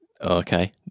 Okay